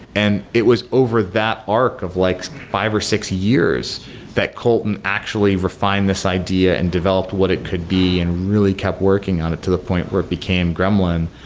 and it was over that arc of like five or six years that kolton actually refined this idea and developed what it could be and really kept working on it to the point where it became gremlin,